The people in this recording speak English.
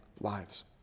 lives